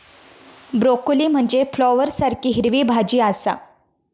broccoli म्हनजे फ्लॉवरसारखी हिरवी भाजी आसा